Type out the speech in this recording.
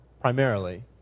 primarily